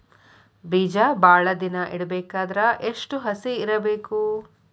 ಬೇಜ ಭಾಳ ದಿನ ಇಡಬೇಕಾದರ ಎಷ್ಟು ಹಸಿ ಇರಬೇಕು?